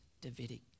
Davidic